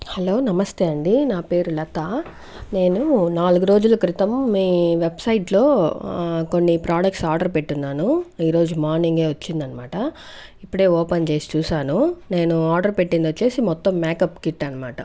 hello namaste అండీ నా పేరు లతా నేను నాలుగు రోజుల క్రితం మీ వెబ్సైట్లో కొన్ని ప్రోడక్ట్స్ ఆర్డర్ పెట్టి ఉన్నాను ఈరోజు మార్నింగే వచ్చింది అనమాట ఇప్పుడే ఓపెన్ చేసి చూసాను నేను ఆర్డర్ పెట్టింది వచ్చేసి మొత్తం మేకప్ కిట్ అనమాట